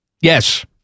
Yes